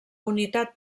unitat